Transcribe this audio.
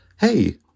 hey